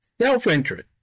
self-interest